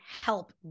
help